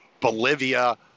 Bolivia